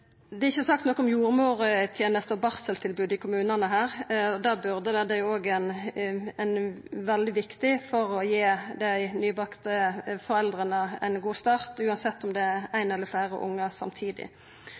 Det har ikkje vorte sagt noko om jordmorteneste og barseltilbod i kommunane her, og det burde det. Det er òg veldig viktig for å gi dei